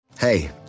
Hey